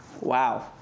wow